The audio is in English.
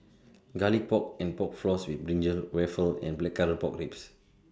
Garlic Pork and Pork Floss with Brinjal Waffle and Blackcurrant Pork Ribs